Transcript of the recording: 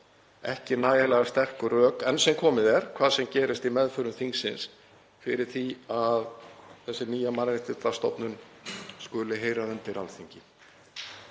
ekki nægjanlega sterk rök enn sem komið er, hvað sem gerist í meðförum þingsins, fyrir því að þessi nýja mannréttindastofnun skuli heyra undir Alþingi.